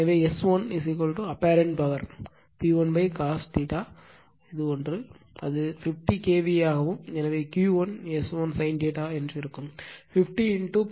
எனவே S 1 apparent power P1 cos ஒன்று அது 50 KVA ஆகவும் எனவே Q 1 S 1 sin இருக்கும் 50 0